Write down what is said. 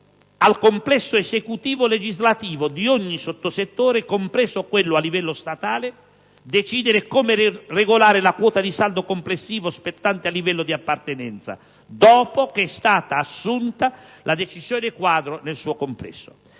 al complesso esecutivo-legislativo di ogni sottosettore, compreso quello a livello statale, decidere come regolare la quota di saldo complessivo spettante al livello di appartenenza, dopo che è stata assunta la decisione-quadro nel suo complesso.